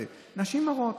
על נשים הרות.